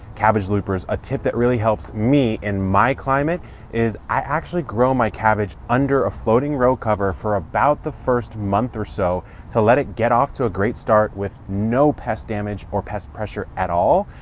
cabbage loopers. a tip that really helps me in my climate is i actually grow my cabbage under a floating row cover for about the first month or so to let it get off to great start with no pest damage or pest pressure at all.